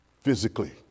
physically